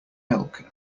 milk